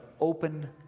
open